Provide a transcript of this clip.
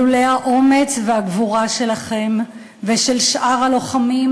לולא האומץ והגבורה שלכם ושל שאר הלוחמים,